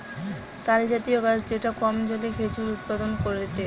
তালজাতীয় গাছ যেটা কম জলে খেজুর উৎপাদন করেটে